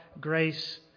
grace